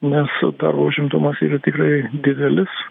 nes darbo užimtumas yra tikrai didelis